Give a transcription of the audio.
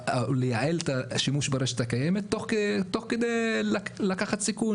השימוש ברשת הקיימת, תוך לקיחת סיכון.